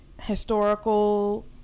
historical